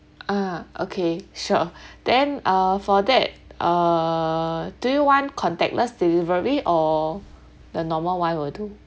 ah okay sure then uh for that uh do you want contactless delivery or the normal one will do